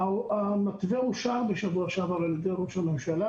המתווה אושר בשבוע שעבר על ידי ראש הממשלה